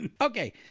Okay